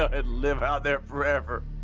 and live out there forever.